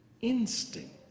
instinct